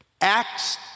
acts